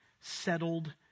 settled